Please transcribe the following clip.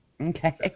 Okay